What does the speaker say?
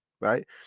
right